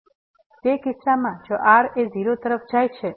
તે કિસ્સામાં જો r એ 0 તરફ જાય છે